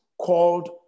called